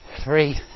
Three